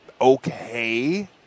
Okay